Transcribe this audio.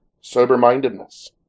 sober-mindedness